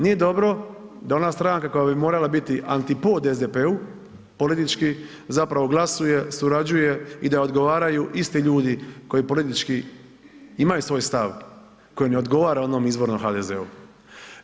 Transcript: Nije dobro da ona stranka koja bi morala biti antipod SDP-u politički zapravo glasuje, surađuje i da odgovaraju isti ljudi koji politički imaju svoj stav, koji ne odgovara onom izvornom HDZ-u.